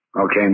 okay